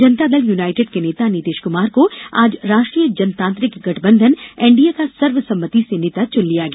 जनता Dal United के नेता नीतीश कुमार को आज राष्ट्रीय जनतांत्रिक गठबंधन एनडीए का सर्वसम्मति से नेता चुन लिया गया